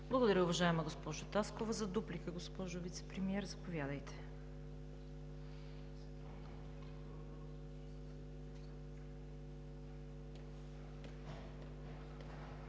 Благодаря, уважаема госпожо Таскова. За дуплика, госпожо Вицепремиер, заповядайте.